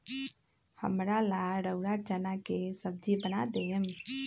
हमरा ला रउरा चना के सब्जि बना देम